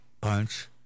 punch